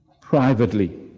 privately